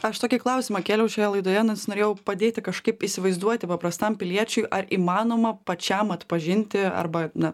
aš tokį klausimą kėliau šioje laidoje nes norėjau padėti kažkaip įsivaizduoti paprastam piliečiui ar įmanoma pačiam atpažinti arba na